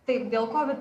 taip dėl covid